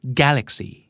galaxy